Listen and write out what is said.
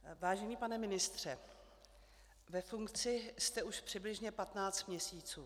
Vážený pane ministře, ve funkci jste už přibližně patnáct měsíců.